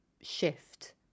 shift